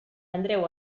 andreu